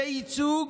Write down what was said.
זה ייצוג